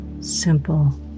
simple